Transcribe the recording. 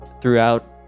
throughout